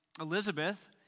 Elizabeth